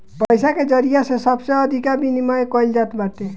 पईसा के जरिया से सबसे अधिका विमिमय कईल जात बाटे